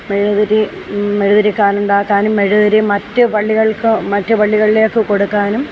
മെഴുകുതിരി മെഴുകുതിരി കാലുണ്ടാക്കാനും മെഴുകുതിരി മറ്റ് പള്ളികൾക്ക് മറ്റു പള്ളികളിലേക്ക് കൊടുക്കാനും